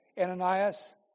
Ananias